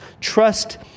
Trust